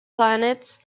planets